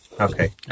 Okay